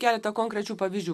keletą konkrečių pavyzdžių